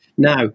Now